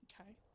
Okay